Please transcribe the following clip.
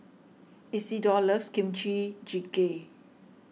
Isidor loves Kimchi Jjigae